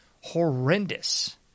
horrendous